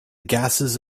gases